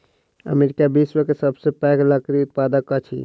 America विश्व के सबसे पैघ लकड़ी उत्पादक अछि